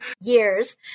years